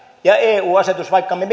ja eu asetus vaikka me